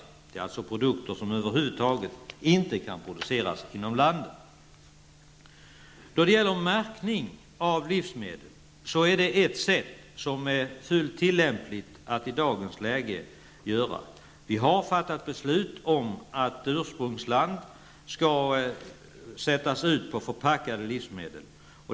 Detta gäller alltså produkter som över huvud taget inte kan produceras inom landet. Märkning av livsmedel är i dagens läge fullt möjlig att göra. Vi har fattat beslut om att ursprungsland skall anges på förpackade livsmedel.